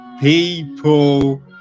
people